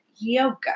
yoga